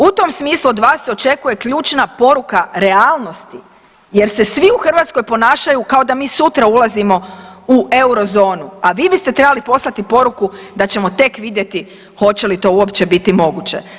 U tom smislu od vas se očekuje ključna poruka realnosti jer se svi u Hrvatskoj ponašaju kao da mi sutra ulazimo u Eurozonu, a vi biste trebali poslati poruku da ćemo tek vidjeti hoće li to uopće biti moguće.